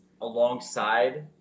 alongside